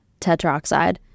tetroxide